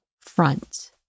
front